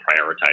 prioritize